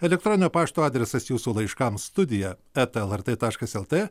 elektroninio pašto adresas jūsų laiškams studija eta lrt taškas lt